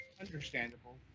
Understandable